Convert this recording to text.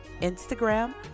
Instagram